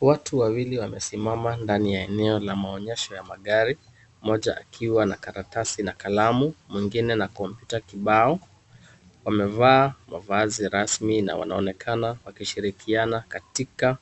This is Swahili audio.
Watu wawili wamesimama ndani ya eneo la onyesho la magari mmoja akiwa ana karatasi na kalamu na mwingine na kompyuta kibao, wamevaa mavazi rasmi na wanaonekana wakishirikiana katika